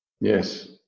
Yes